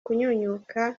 kunyunyuka